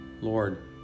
Lord